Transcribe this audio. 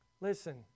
Listen